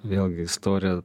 vėlgi istorija